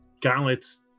gauntlets